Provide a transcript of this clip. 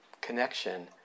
connection